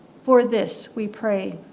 for this we pray.